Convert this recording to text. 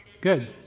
good